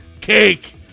cake